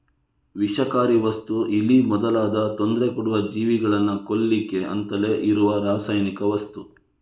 ವಿಷಕಾರಿ ವಸ್ತು ಇಲಿ ಮೊದಲಾದ ತೊಂದ್ರೆ ಕೊಡುವ ಜೀವಿಗಳನ್ನ ಕೊಲ್ಲಿಕ್ಕೆ ಅಂತಲೇ ಇರುವ ರಾಸಾಯನಿಕ ವಸ್ತು